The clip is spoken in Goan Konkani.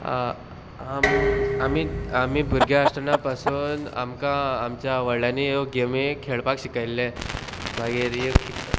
आम आमी आमी भुरग्यां आसतना पासून आमकां आमच्या वडल्डांनी ह्यो गेमी खेळपाक शिकयल्ले मागीर ह्यो